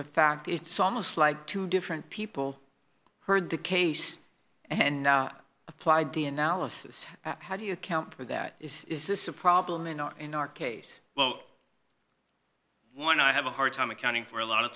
the fact it's almost like two different people heard the case and applied the analysis how do you account for that is is this a problem in our in our case well one i have a hard time accounting for a lot of